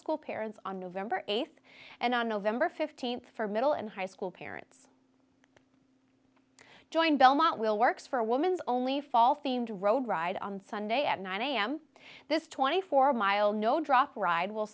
school parents on november th and on november th for middle and high school parents join belmont will work for a woman's only fall themed road ride on sunday at nine am this twenty four mile no drop ride will